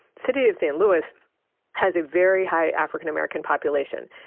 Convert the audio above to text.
city of st. louis has a very high african american population.